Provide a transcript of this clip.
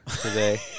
today